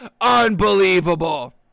unbelievable